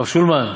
הרב שולמן,